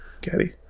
Gaddy